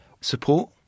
support